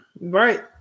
Right